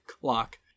clock